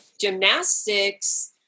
gymnastics